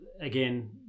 Again